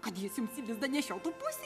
kad jis jums į lizdą nešiotų pusry